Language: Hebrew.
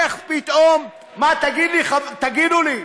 תגידו לי,